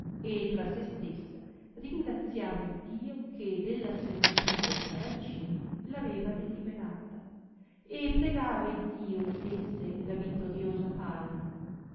e tra se stessa ringraziava iddio che della servitù del saracino aveva deliberata e pregava iddio li desse la vittoriosa palma